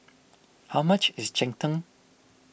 how much is Cheng Tng